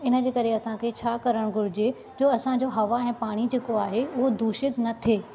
हिन जे करे असांखे छा करणु घुरिजे जो असांजो हवा ऐ पाणी जेको आहे उहो दूषितु न थिए